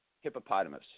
hippopotamus